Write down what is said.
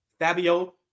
Fabio